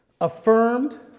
affirmed